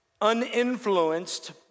uninfluenced